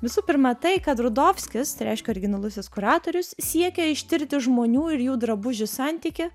visų pirma tai kad rudovskis tai reiškia originalusis kuratorius siekė ištirti žmonių ir jų drabužių santykį